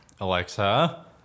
Alexa